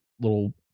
little